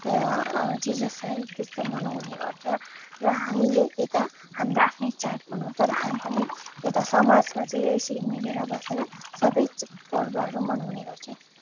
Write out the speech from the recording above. Jesus है त्यस्तो मनाउने गर्छ र हामीले यता हाम्रो आफ्नै चाड मनाउँछ र हामी पनि एउटा समाजमा चाहिँ यसरी मिलेर बसेर सबै पर्वहरू मनाउने गर्छ